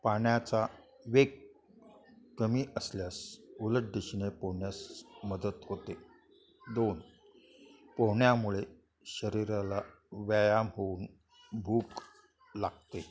पाण्याचा वेग कमी असल्यास उलट दिशेने पोहण्यास मदत होते दोन पोहण्यामुळे शरीराला व्यायाम होऊन भूक लागते